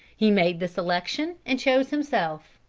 he made the selection and chose himself.